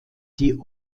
die